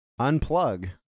unplug